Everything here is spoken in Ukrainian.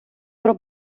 про